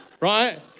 right